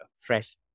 fresh